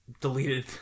deleted